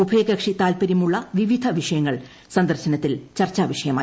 ഉഭയകക്ഷി താൽപര്യമുള്ള വിവിധ വിഷയങ്ങൾ സന്ദർശനത്തിൽ ചർച്ചാ വിഷയമായി